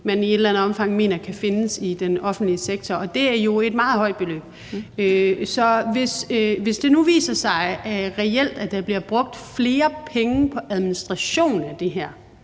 man i et eller andet omfang mener kan findes i den offentlige sektor. Det er jo et meget højt beløb. Så hvis det nu viser sig, at der reelt bliver brugt flere penge på administration af det her,